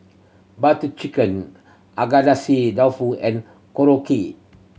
Butter Chicken Agadasi dofu and Korokke